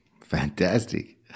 Fantastic